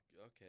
okay